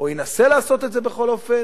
או ינסה לעשות את זה, בכל אופן,